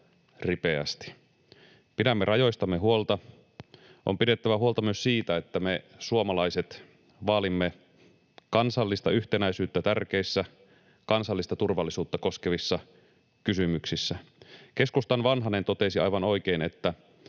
Pidämme rajoistamme huolta. On pidettävä huolta myös siitä, että me suomalaiset vaalimme kansallista yhtenäisyyttä tärkeissä kansallista turvallisuutta koskevissa kysymyksissä. Keskustan Vanhanen totesi aivan oikein, että